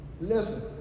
listen